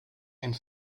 and